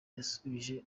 yasubije